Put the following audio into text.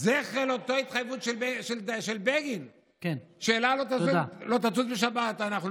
זכר לאותה התחייבות של בגין שאל על לא תטוס בשבת.